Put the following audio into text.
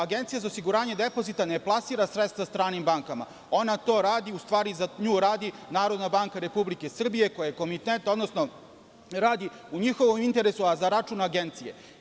Agencija za osiguranje depozita ne plasira sredstva stranim bankama, ona to radi, u stvari za nju to radi Narodna banka Republike Srbije, koja je komitent, odnosno radi u njihovom interesu, a za račun Agencije.